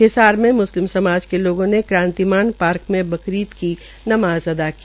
हिसार में मुस्लिम समाज के लोगों ने क्रांतिमान पार्क में बकरीद की नमाज़ अदा की